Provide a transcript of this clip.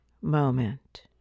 moment